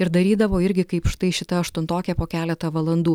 ir darydavo irgi kaip štai šita aštuntokė po keletą valandų